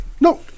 No